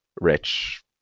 rich